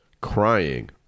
crying